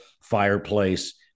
fireplace